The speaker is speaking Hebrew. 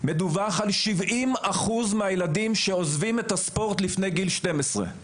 מדווח על שבעים אחוז מהילדים שעוזבים את הספורט לפני גיל שתים עשרה.